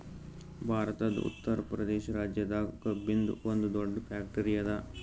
ಭಾರತದ್ ಉತ್ತರ್ ಪ್ರದೇಶ್ ರಾಜ್ಯದಾಗ್ ಕಬ್ಬಿನ್ದ್ ಒಂದ್ ದೊಡ್ಡ್ ಫ್ಯಾಕ್ಟರಿ ಅದಾ